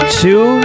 two